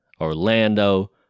Orlando